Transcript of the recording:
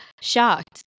shocked